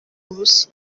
ubusa